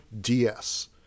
DS